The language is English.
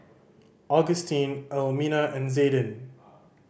Augustin Elmina and Zayden